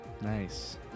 nice